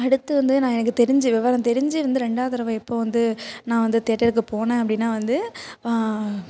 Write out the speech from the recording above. அடுத்து வந்து நான் எனக்கு தெரிஞ்சு விவரம் தெரிஞ்சு வந்து ரெண்டாவது தடவ எப்போது வந்து நான் வந்து தேட்டருக்கு போனேன் அப்படின்னா வந்து